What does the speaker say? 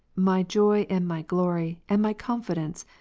my joy and my glory and my confidence,